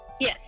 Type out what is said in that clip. Yes